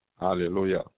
Hallelujah